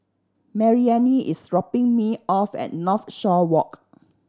Maryanne is dropping me off at Northshore Walk